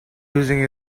using